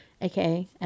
aka